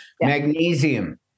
Magnesium